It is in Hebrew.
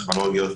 טכנולוגיות,